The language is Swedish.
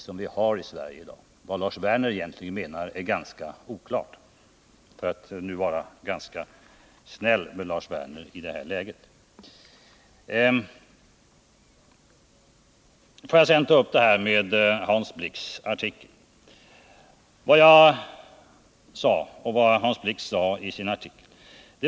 Vad vi menar vet svenska folket, nämligen den demokrati som vi i dag har i Sverige. Låt mig sedan kommentera Hans Blix artikel.